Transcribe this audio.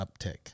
uptick